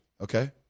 Okay